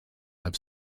have